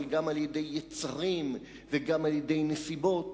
אבל גם על-ידי יצרים וגם על-ידי נסיבות.